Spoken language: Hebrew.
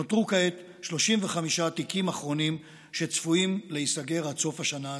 נותרו כעת 35 תיקים אחרונים שצפויים להיסגר עד סוף השנה הזאת.